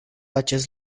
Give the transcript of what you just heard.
acest